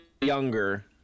younger